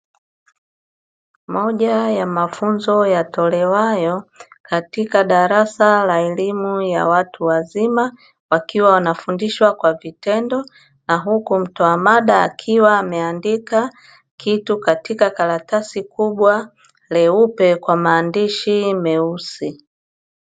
Moja ya mafunzo yatolewayo katika darasa la elimu ya watu wazima, wakiwa wanafundishwa kwa vitendo na huku mtoa mada akiwa ameandika kitu, katika karatasi kubwa leupe kwa maandishi meusi.